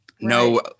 No